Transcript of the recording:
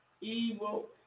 evil